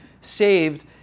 saved